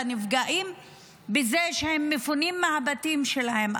בנפגעים שפונו מהבתים שלהם.